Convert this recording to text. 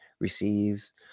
receives